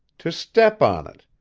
to step on it.